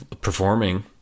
performing